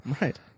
Right